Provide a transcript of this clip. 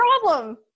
problem